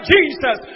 Jesus